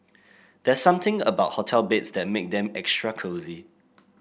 there's something about hotel beds that make them extra cosy